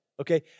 Okay